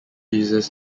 users